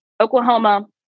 Oklahoma